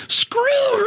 screw